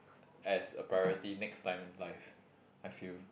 as a priority next time life I feel